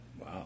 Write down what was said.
Wow